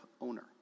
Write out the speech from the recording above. owner